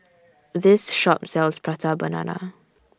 This Shop sells Prata Banana